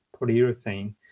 polyurethane